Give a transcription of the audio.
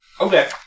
Okay